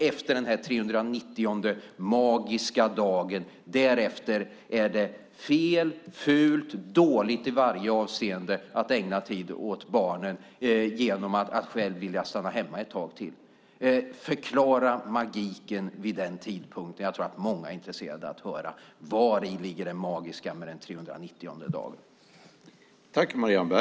Efter den 390:e magiska dagen är det fel, fult, dåligt i varje avseende att ägna tid åt barnen genom att själv stanna hemma ett tag till. Förklara magiken med den tidpunkten. Jag tror att många är intresserade av att höra vari det magiska med den 390:e dagen ligger.